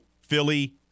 Philly